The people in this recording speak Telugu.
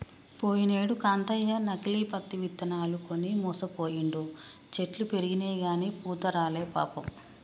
పోయినేడు కాంతయ్య నకిలీ పత్తి ఇత్తనాలు కొని మోసపోయిండు, చెట్లు పెరిగినయిగని పూత రాలే పాపం